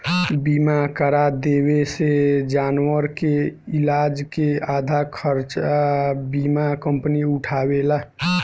बीमा करा देवे से जानवर के इलाज के आधा खर्चा बीमा कंपनी उठावेला